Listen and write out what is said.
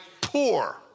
poor